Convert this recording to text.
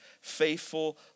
faithful